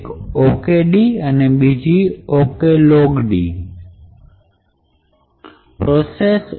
એક okd અને બીજી oklogd પ્રોસેસ